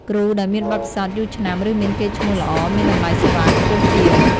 គ្រូដែលមានបទពិសោធន៍យូរឆ្នាំ ឬមានកេរ្តិ៍ឈ្មោះល្អ មានតម្លៃសេវាខ្ពស់ជាង។